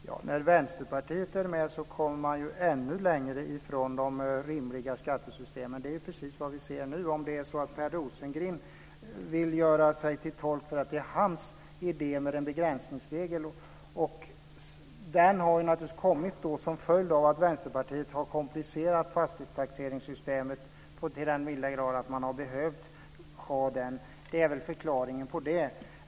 Fru talman! När Vänsterpartiet är med kommer man ännu längre ifrån ett rimligt skattesystem. Det är precis vad vi ser nu. Per Rosengren vill låta påskina att begränsningsregeln är hans idé. Den har naturligtvis kommit till som följd av att Vänsterpartiet har komplicerat fastighetstaxeringssystemet till den milda grad att man har behövt en sådan regel. Det är förklaringen till det.